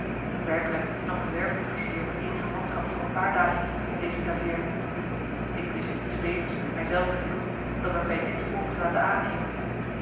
werkelijk nam een werfofficier met eenige manschap voor een paar dagen intrek in deze taveerne ik wist niets beters met mij zelven te doen dan mij bij dit volk te laten aannemen